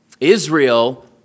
Israel